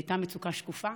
היא הייתה מצוקה שקופה.